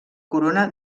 corona